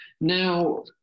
Now